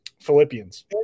Philippians